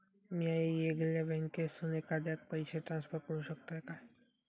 म्या येगल्या बँकेसून एखाद्याक पयशे ट्रान्सफर करू शकतय काय?